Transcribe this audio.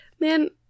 man